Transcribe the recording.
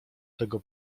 tego